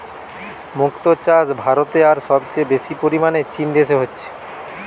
মুক্তো চাষ ভারতে আর সবচেয়ে বেশি পরিমাণে চীন দেশে হচ্ছে